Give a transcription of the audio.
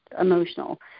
emotional